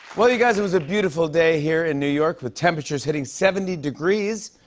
well, you guys, it was a beautiful day here in new york, with temperatures hitting seventy degrees.